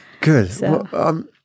Good